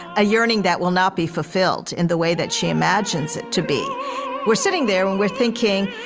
a yearning that will not be fulfilled in the way that she imagines it to be we're sitting there and we're thinking,